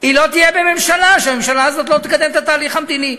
היא לא תהיה בממשלה אם הממשלה הזאת לא תקדם את התהליך המדיני.